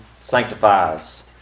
sanctifies